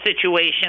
situation